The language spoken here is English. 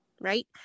right